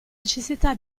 necessità